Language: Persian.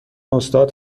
استاد